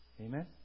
Amen